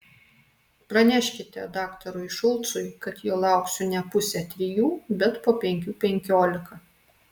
praneškite daktarui šulcui kad jo lauksiu ne pusę trijų bet po penkių penkiolika